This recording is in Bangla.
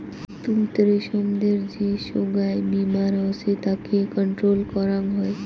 তুত রেশমদের যে সোগায় বীমার হসে তাকে কন্ট্রোল করং হই